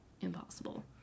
impossible